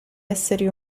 esseri